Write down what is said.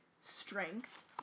strength